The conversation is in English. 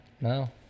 No